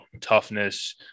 toughness